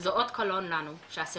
זו אות קלון לנו שהסמנטיקה,